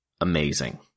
amazing